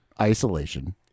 isolation